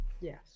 Yes